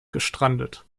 gestrandet